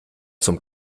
zum